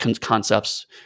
concepts